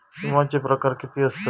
विमाचे प्रकार किती असतत?